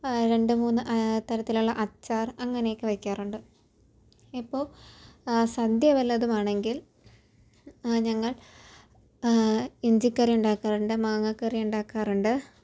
രണ്ടു മൂന്ന് തരത്തിലുള്ള അച്ചാർ അങ്ങനെയൊക്കെ വയ്ക്കാറുണ്ട് ഇപ്പോൾ സദ്യ വല്ലതും ആണെങ്കിൽ ഞങ്ങൾ ഇഞ്ചിക്കറി ഉണ്ടാക്കാറൂണ്ട് മാങ്ങാ കറി ഉണ്ടാക്കാറൂണ്ട്